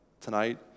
tonight